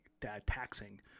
taxing